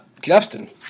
Justin